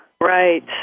Right